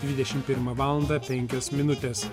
dvidešim pirmą valandą penkios minutės